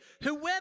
Whoever